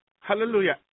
Hallelujah